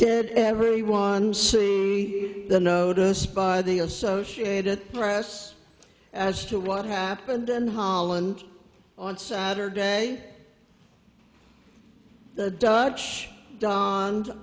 did everyone see the notice by the associated press as to what happened in holland on saturdays the dutch donned